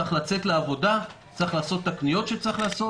צריך לצאת לעבודה, צריך לעשות את הקניות לבית.